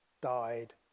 died